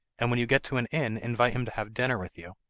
and when you get to an inn invite him to have dinner with you.